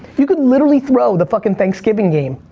you could literally throw the fuckin' thanksgiving game.